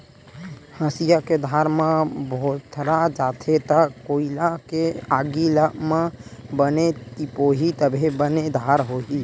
हँसिया के धार ह भोथरा जाथे त कोइला के आगी म बने तिपोही तभे बने धार होही